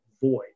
void